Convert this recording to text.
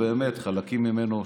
חלקים ממנו,